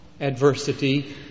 adversity